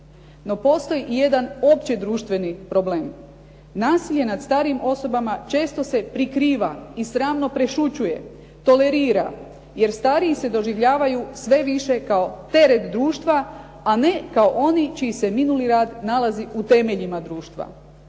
No postoji i jedan opće društveni problem. Nasilje nad starijim osobama često se prikriva i sramno prešućuje, tolerira jer stariji se doživljavaju sve više kao teret društva a ne kao oni čiji se minuli rad nalazi u temeljima društva.